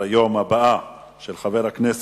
9, אין מתנגדים ואין נמנעים.